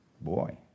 boy